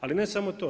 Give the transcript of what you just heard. Ali ne samo to.